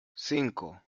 cinco